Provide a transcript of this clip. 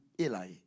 Eli